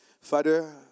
Father